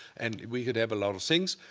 and we could have a lot of things.